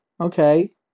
Okay